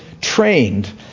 trained